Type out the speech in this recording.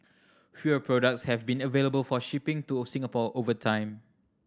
fewer products have been available for shipping to Singapore over time